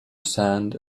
sand